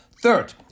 Third